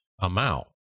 amount